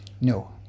No